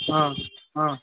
अ अ